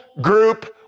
group